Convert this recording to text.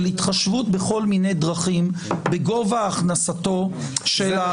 של התחשבות בכל מיני דרכים בגובה הכנסתו של אדם.